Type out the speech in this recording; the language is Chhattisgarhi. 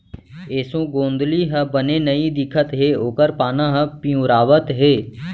एसों गोंदली ह बने नइ दिखत हे ओकर पाना ह पिंवरावत हे